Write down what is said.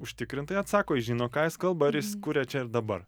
užtikrintai atsako jis žino ką jis kalba ar jis kuria čia ir dabar